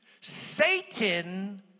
Satan